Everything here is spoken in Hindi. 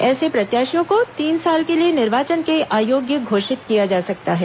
ऐसे प्रत्याशियों को तीन साल के लिए निर्वाचन के अयोग्य घोषित किया जा सकता है